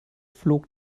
flog